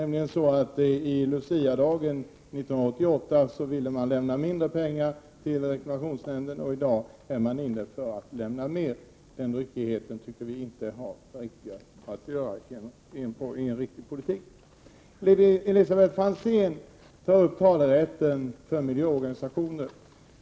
På Luciadagen 1988 ville moderaterna nämligen lämna mindre pengar till reklamationsnämnden, och i dag går de in för att lämna mer. Den ryckigheten tycker vi inte hör hemma i en riktig politik. Elisabet Franzén tar upp talerätten för miljöorganisationer.